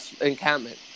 encampment